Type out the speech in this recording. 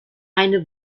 eine